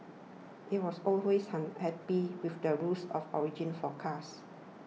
it was always unhappy with the rules of origin for cars